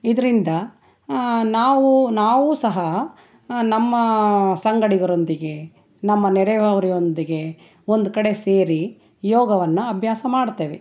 ಇದರಿಂದ ನಾವೂ ನಾವೂ ಸಹ ನಮ್ಮ ಸಂಗಡಿಗರೊಂದಿಗೆ ನಮ್ಮ ನೆರೆಹೊರೆಯೊಂದಿಗೆ ಒಂದು ಕಡೆ ಸೇರಿ ಯೋಗವನ್ನು ಅಭ್ಯಾಸ ಮಾಡ್ತೇವೆ